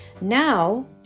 Now